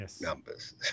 numbers